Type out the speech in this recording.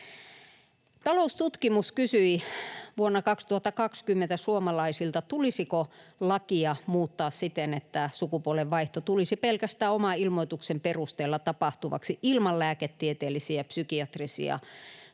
Taloustutkimus kysyi vuonna 2020 suomalaisilta, tulisiko lakia muuttaa siten, että sukupuolenvaihto tulisi pelkästään oman ilmoituksen perusteella tapahtuvaksi ilman lääketieteellisiä ja psykiatrisia tutkimuksia,